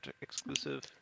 exclusive